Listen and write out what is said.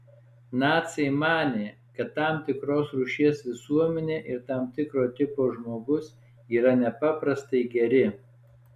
naciai manė kad tam tikros rūšies visuomenė ir tam tikro tipo žmogus yra nepaprastai geri